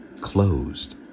closed